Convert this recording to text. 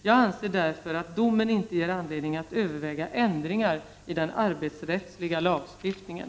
Jag anser därför att domen inte ger anledning att överväga ändringar i den arbetsrättsliga lagstiftningen.